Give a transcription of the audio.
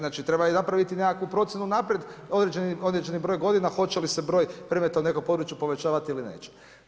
Znači treba napraviti i nekakvu procjenu unaprijed, određeni broj godina, hoće li se broj predmeta u nekom području povećavati ili neće.